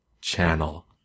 channel